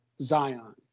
Zion